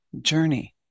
journey